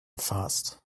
fast